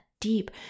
deep